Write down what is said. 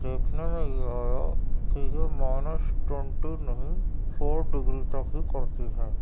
دیکھنے میں یہ آیا کہ یہ مائنس ٹونٹی نہیں فور ڈگری تک ہی کرتی ہے